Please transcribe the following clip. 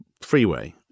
freeway